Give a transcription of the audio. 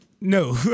No